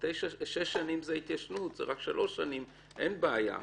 שש שנים זה ההתיישנות, זה רק שלוש שנים, אין בעיה.